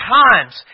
times